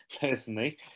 personally